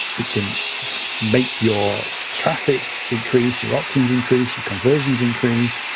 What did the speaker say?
it can make your traffic increase, your opt-ins increase, your conversions increase.